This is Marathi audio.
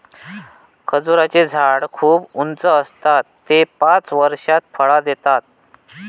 खजूराचें झाड खूप उंच आसता ते पांच वर्षात फळां देतत